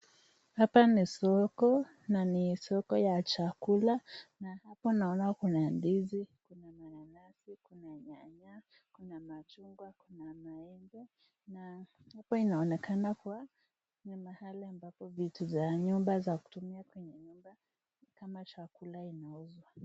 Hapa ni soko na ni soko ya chakula na hapo naona kuna ndizi, kuna mananasi, kuna nyanya, kuna machungwa, kuna maembe, na hapa inaonekana kuwa ni mahali ambapo vitu za nyumba za kutumia kwenye nyumba kama chakula inauzwa.